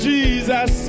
Jesus